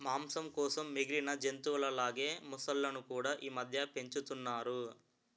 మాంసం కోసం మిగిలిన జంతువుల లాగే మొసళ్ళును కూడా ఈమధ్య పెంచుతున్నారు